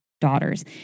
daughters